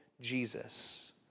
Jesus